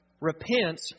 repent